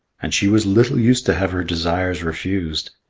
and she was little used to have her desires refused.